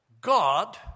God